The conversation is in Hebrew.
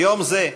ביום זה,